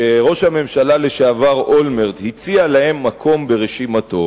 שראש הממשלה לשעבר אולמרט הציע להם מקום ברשימתו,